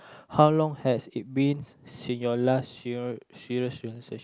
how long has it beens since your last year serious rela~